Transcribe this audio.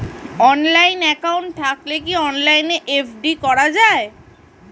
Online account থাকলে কি অনলাইনে এফ.ডি করা যায়?